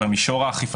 יותר מדברים עם הגננות,